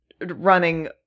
running